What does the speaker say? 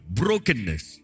brokenness